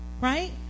right